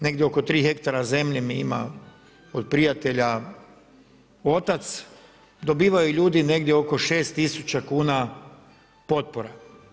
Negdje oko 3 hektara zemlje mi ima od prijatelja otac, dobivaju ljudi negdje oko 6000kn potpora.